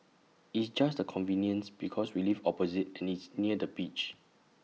it's just the convenience because we live opposite and it's near the beach